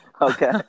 okay